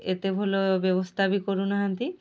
ଏତେ ଭଲ ବ୍ୟବସ୍ଥା ବି କରୁନାହାନ୍ତି